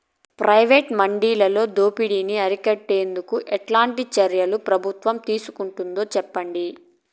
Private మండీలలో దోపిడీ ని అరికట్టేందుకు ఎట్లాంటి చర్యలు ప్రభుత్వం తీసుకుంటుందో చెప్పండి?